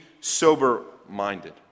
sober-minded